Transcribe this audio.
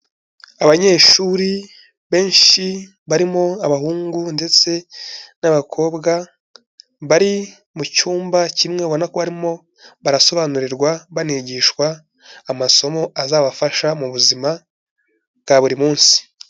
Abanyeshuri benshi barimo abahungu ndetse n'abakobwa, bari mu cyumba kimwe ubona ko barimo barasobanurirwa banigishwa amasomo azabafasha mu buzima bwa buri munsi.